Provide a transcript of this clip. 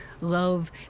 love